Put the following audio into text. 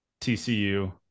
TCU